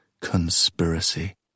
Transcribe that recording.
conspiracy